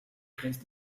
grenzt